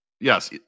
Yes